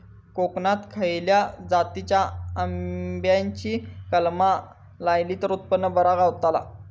कोकणात खसल्या जातीच्या आंब्याची कलमा लायली तर उत्पन बरा गावताला?